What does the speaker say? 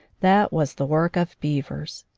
that was the work of beavers.